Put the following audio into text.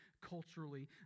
culturally